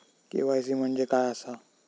KYC म्हणजे काय आसा?